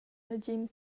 negin